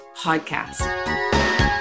Podcast